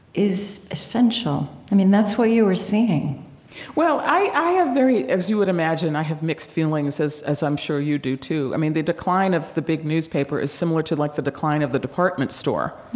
is essential. i mean, that's what you were seeing well, i i have very as you would imagine, i have mixed feelings as as i'm sure you do, too. i mean, the decline of the big newspaper is similar to like the decline of the department store